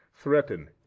threaten